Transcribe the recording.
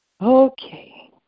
Okay